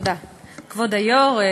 כבוד היושב-ראש,